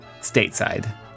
stateside